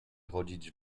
chodzić